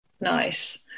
Nice